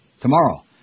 tomorrow